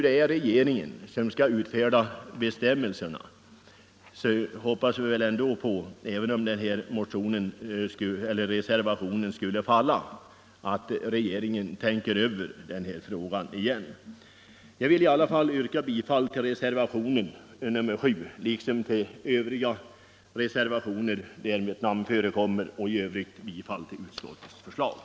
Det är regeringen som skall utfärda bestämmelserna, och även om reservationen nu skulle falla, så hoppas jag att regeringen tänker över den här frågan igen. Jag vill i alla fall yrka bifall till reservationen 7 liksom till övriga reservationer där mitt namn förekommer och i övrigt bifall till utskottets hemställan.